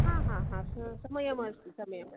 हा हा हा समयम् अस्ति समयम् अस्ति